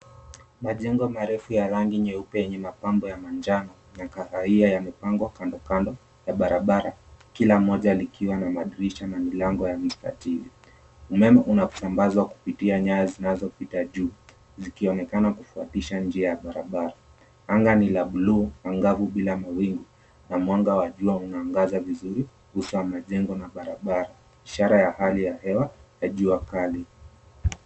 Majengo marefu ya rangi nyeupe yenye mapambo ya manjano na kahawia yamepangwa kandokano ya barabara, kila mmoja likiwa na madirisha na milango ya msatitili. Umeme unasambazwa kupitia nyaya zinazopita juu, zikionekana kufuatisha njia ya barabara. Anga ni la bluu angavu bila mawingu na mwanga wa jua unaangaza vizuri ukiguza majengo na barabara, ishara ya hali ya hewa ya jua kali.